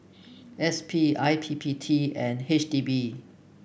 S P I P P T and H D B